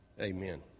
Amen